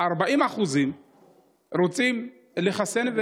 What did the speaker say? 40% רוצים לחסן.